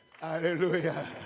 Hallelujah